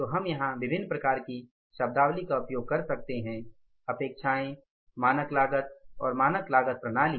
तो हम यहां विभिन्न प्रकार की शब्दावली का उपयोग कर सकते हैं अपेक्षाएं मानक लागत और मानक लागत प्रणाली